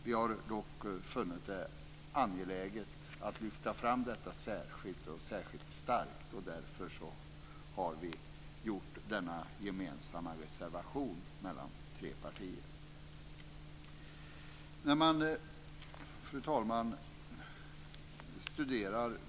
Vi har dock funnit det angeläget att lyfta fram detta särskilt starkt. Därför har vi gjort denna gemensamma reservation från tre partier. Fru talman!